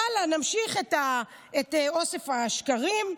הלאה, נמשיך את אוסף השקרים.